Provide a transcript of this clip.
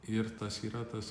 ir tas yra tas